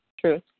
True